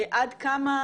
עד כמה